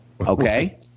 Okay